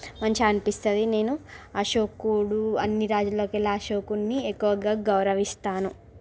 మంచిగా అనిపిస్తుంది నేను అశోకుడు అన్నీ రాజులలో కల్లా అశోకుని ఎక్కువగా గౌరవిస్తాను